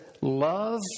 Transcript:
love